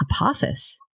Apophis